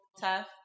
tough